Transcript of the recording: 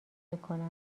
بکنم